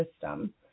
system